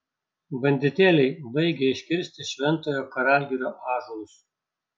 banditėliai baigia iškirsti šventojo karalgirio ąžuolus